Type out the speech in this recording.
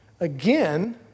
Again